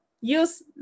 Use